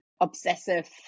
obsessive